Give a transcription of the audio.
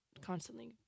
constantly